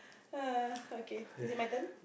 [hur] okay is it my turn